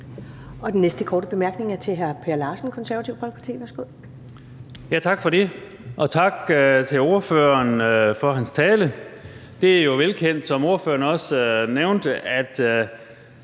Den næste korte bemærkning er til hr. Per Larsen, Det Konservative Folkeparti. Værsgo. Kl. 15:25 Per Larsen (KF): Tak for det. Og tak til ordføreren for hans tale. Det er jo velkendt, som ordføreren også nævnte, at